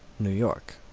new york.